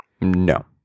No